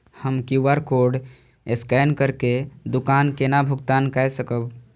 हम QR code scan करके दुकान केना भुगतान काय सकब?